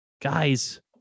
Guys